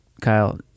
Kyle